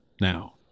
now